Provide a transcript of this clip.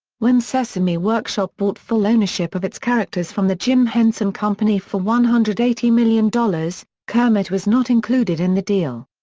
when sesame workshop bought full ownership of its characters from the jim henson company for one hundred and eighty million dollars, kermit was not included in the deal.